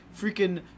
Freaking